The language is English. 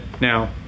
now